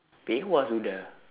pei-hwa sudah